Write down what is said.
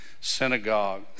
synagogue